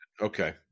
Okay